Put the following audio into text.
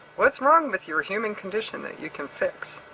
what's wrong with your human condition that you can fix.